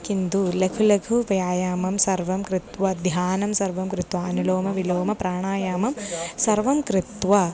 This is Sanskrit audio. किन्तु लघु लघु व्यायामं सर्वं कृत्वा ध्यानं सर्वं कृत्वा अनुलोमविलोमप्राणायामं सर्वं कृत्वा